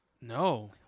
no